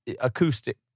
acoustic